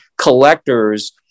collectors